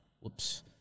Whoops